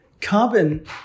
Carbon